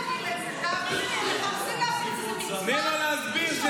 אבל תני לו להסביר,